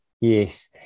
Yes